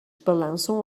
balançam